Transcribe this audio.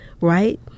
Right